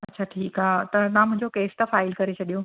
अछा ठीकु आहे त तव्हां मुंहिंजो केस त फाइल करे छॾियो